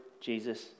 Jesus